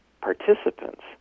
participants